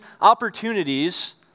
opportunities